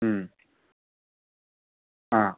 ꯎꯝ ꯑꯥ